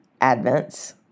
Advents